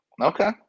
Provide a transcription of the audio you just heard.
Okay